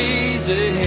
easy